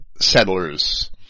settlers